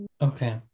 Okay